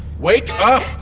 wake up!